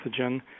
pathogen